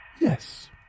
Yes